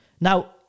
Now